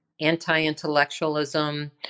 anti-intellectualism